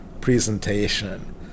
presentation